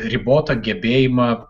ribotą gebėjimą